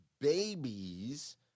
babies